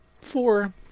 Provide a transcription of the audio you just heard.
four